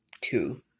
Two